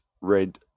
red